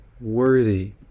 worthy